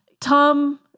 Tom